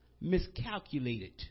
miscalculated